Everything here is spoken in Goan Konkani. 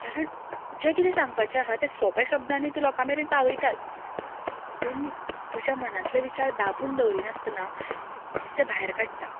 कारण जें किदें सांगपाचें आहा तें सोंप्या शब्दांनी तूं लोकां मेरेन पावयताच पूण तुज्या मनातले विचार दाबून दवरिनास्तना ते भायर काडटा